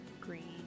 green